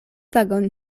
tagon